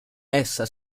essa